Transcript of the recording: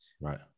Right